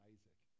Isaac